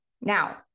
Now